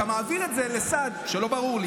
אתה מעביר את זה לסד שלא ברור לי.